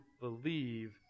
believe